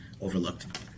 overlooked